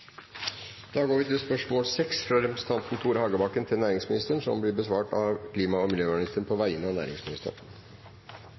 representanten Tore Hagebakken til næringsministeren, vil bli besvart av klima- og miljøministeren på